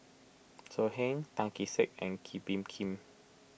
So Heng Tan Kee Sek and Kee Bee Khim